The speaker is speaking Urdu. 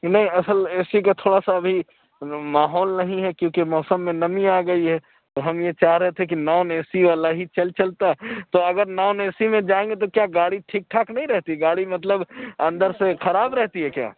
نہیں اصل اے سی کا تھوڑا سا ابھی ماحول نہیں ہے کیونکہ موسم میں نمی آ گئی ہے تو ہم یہ چاہ رہے تھے کہ نان اے سی والا ہی چل چلتا تو اگر نان اے سی میں جائیں گے کیا گاڑی ٹھیک ٹھاک نہیں رہتی گاڑی مطلب اندر سے خراب رہتی ہے کیا